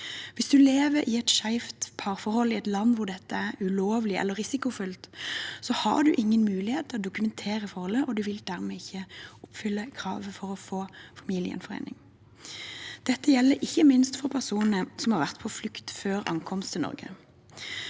Hvis man lever i et skeivt parforhold i et land hvor dette er ulovlig eller risikofylt, har man ingen mulighet til å dokumentere forholdet, og man vil dermed ikke oppfylle kravet for å få familiegjenforening. Dette gjelder ikke minst for personer som har vært på flukt før ankomst til Norge.